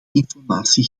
informatie